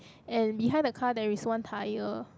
and behind the car there is one tyre